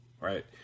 Right